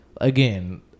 again